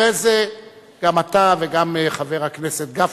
אחרי זה גם אתה וגם חבר הכנסת גפני,